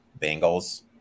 Bengals